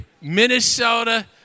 Minnesota